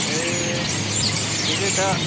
ए ठिकै छ